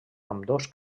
ambdós